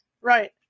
Right